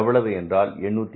எவ்வளவு என்றால் 810